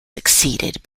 succeeded